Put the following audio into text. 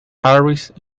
harris